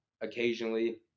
occasionally